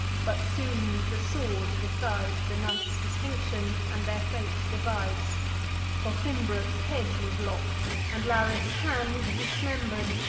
but soon the sword decides the nice distinction, and their fate divides for thymbrus' head was lopp'd and laris' hand, dismember'd,